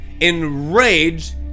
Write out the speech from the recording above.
Enrage